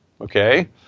okay